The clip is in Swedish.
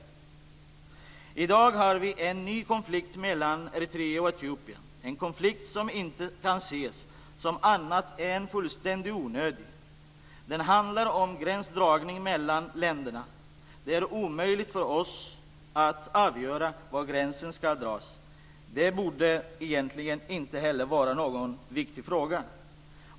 I dag har vi en ny konflikt mellan Eritrea och Etiopien, en konflikt som inte kan ses som annat än fullständigt onödig. Den handlar om gränsdragningen mellan länderna. Det är omöjligt för oss att avgöra var gränsen ska dras. Det borde egentligen inte heller vara någon viktig fråga.